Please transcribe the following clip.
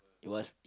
it was